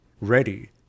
ready